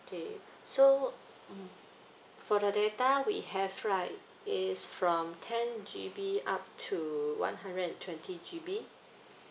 okay so mm for the data we have right is from ten G_B up to one hundred and twenty G_B